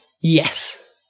Yes